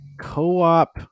co-op